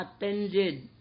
attended